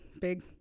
big